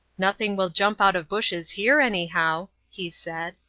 nothing will jump out of bushes here anyhow, he said.